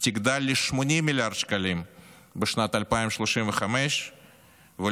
תגדל ל-80 מיליארד שקלים בשנת 2035 ול-220